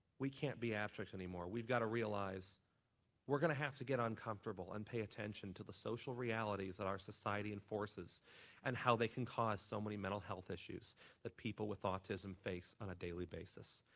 we can't be abstract anymore. we have to realize we're going to have to get uncomfortable and pay attention to the social realities that our society enforces and how they can cause so many mental health issues that people with autism face on a daily basis.